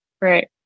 Right